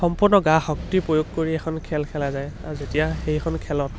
সম্পূৰ্ণ গা শক্তি প্ৰয়োগ কৰি এখন খেল খেলা যায় আৰু যেতিয়া সেইখন খেলত